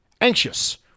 anxious